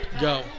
go